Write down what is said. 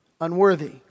unworthy